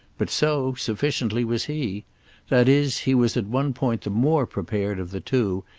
but so, sufficiently, was he that is he was at one point the more prepared of the two,